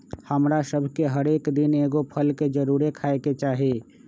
हमरा सभके हरेक दिन एगो फल के जरुरे खाय के चाही